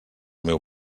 meu